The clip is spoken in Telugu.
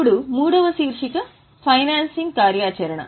ఇప్పుడు మూడవ శీర్షిక ఫైనాన్సింగ్ కార్యాచరణ